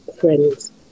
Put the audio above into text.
friends